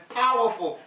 powerful